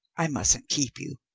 i mustn't keep you.